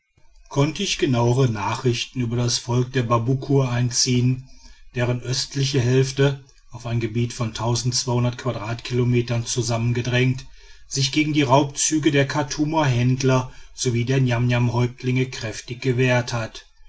konnte ich genauere nachrichten über das volk der babuckur einziehen deren östliche hälfte auf ein gebiet von quadratkilometern zusammengedrängt sich gegen die raubzüge der chartumer händler sowie der niamniamhäuptlinge kräftig gewehrt hat